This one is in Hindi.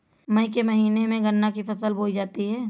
मई के महीने में गन्ना की फसल बोई जाती है